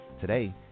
Today